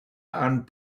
and